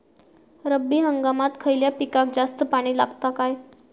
रब्बी हंगामात खयल्या पिकाक जास्त पाणी लागता काय?